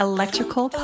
Electrical